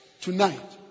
tonight